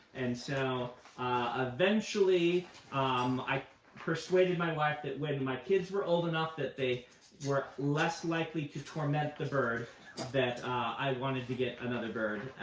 and so eventually um i persuaded my wife that when my kids were old enough that they were less likely to torment the bird that i wanted to get another bird.